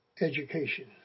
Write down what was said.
education